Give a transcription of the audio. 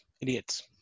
idiots